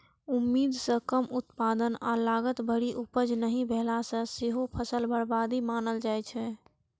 उम्मीद सं कम उत्पादन आ लागत भरि उपज नहि भेला कें सेहो फसल बर्बादी मानल जाइ छै